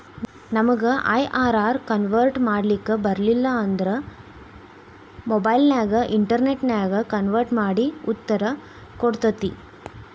ನಮಗ IRR convert ಮಾಡ್ಲಿಕ್ ಬರಲಿಲ್ಲ ಅಂತ ಅಂದ್ರ ಮೊಬೈಲ್ ನ್ಯಾಗ ಇನ್ಟೆರ್ನೆಟ್ ನ್ಯಾಗ ಕನ್ವರ್ಟ್ ಮಡಿ ಉತ್ತರ ಕೊಡ್ತತಿ